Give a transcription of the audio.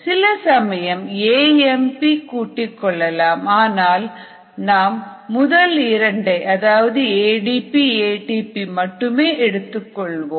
சிலசமயம் A M P கூட்டிக் கொள்ளலாம் ஆனால் நாம் முதல் இரண்டை ADP ATP மட்டுமே எடுத்துக் கொள்வோம்